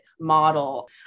model